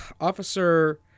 officer